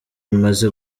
imaze